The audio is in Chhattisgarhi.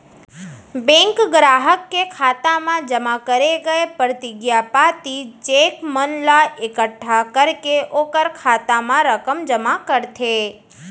बेंक गराहक के खाता म जमा करे गय परतिगिया पाती, चेक मन ला एकट्ठा करके ओकर खाता म रकम जमा करथे